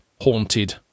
haunted